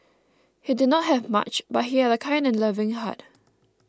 he did not have much but he had a kind and loving heart